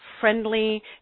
friendly